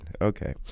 okay